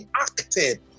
acted